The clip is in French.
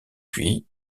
puis